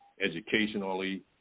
educationally